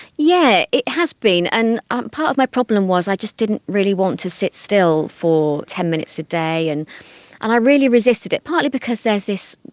yeah it has been, and um part of my problem was i just didn't really want to sit still for ten minutes a day, and and i really resisted it, partly because there's this